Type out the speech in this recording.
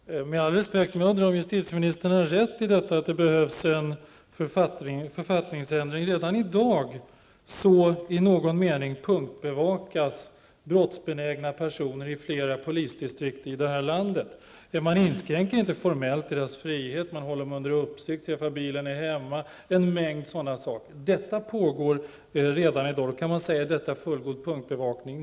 Fru talman! Med all respekt, men jag undrar om justitieministern har rätt i detta att det behövs en författningsändring. Redan i dag punktbevakas i någon mening brottsbenägna personer i flera polisdistrikt i det här landet. Man inskränker inte formellt deras frihet, men man håller dem under uppsikt, ser om bilen är hemma och en mängd sådana saker. Detta pågår redan i dag. Är detta fullgod punktbevakning?